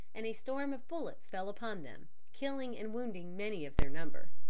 and a storm of bullets fell upon them, killing and wounding many of their number.